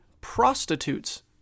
prostitutes